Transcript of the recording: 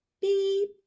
beep